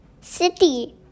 city